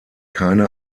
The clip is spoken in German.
keine